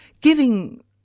giving